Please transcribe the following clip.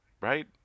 Right